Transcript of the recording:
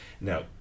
Now